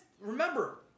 remember